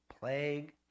plague